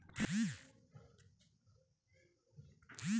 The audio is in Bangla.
জমিতে অনেক রকমের পোকা মাকড় থাকে যেমন কেঁচো, কাটুই পোকা